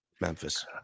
memphis